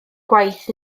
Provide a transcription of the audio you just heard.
gwaith